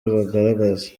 bagaragaza